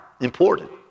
important